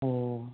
অঁ